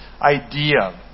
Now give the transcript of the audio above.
idea